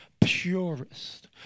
purest